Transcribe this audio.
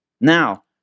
Now